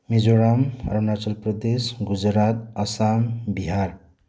Mizoram Arunachal Pradesh Gujarat Assam Bihar